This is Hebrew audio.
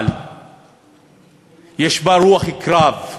אבל יש בה רוח קרב,